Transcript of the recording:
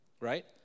Right